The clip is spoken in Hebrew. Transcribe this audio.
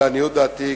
לעניות דעתי,